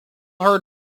heard